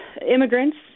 immigrants